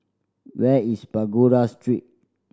where is Pagoda Street